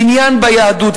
של עניין ביהדות.